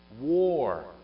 war